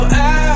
out